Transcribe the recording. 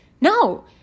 No